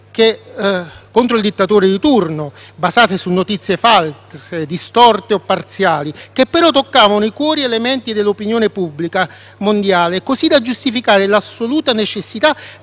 contro il dittatore di turno, basate su notizie false, distorte o parziali, che però toccavano i cuori e le menti dell'opinione pubblica mondiale, così da giustificare l'assoluta necessità